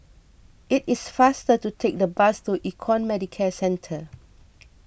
it is faster to take the bus to Econ Medicare Centre